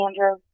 Andrew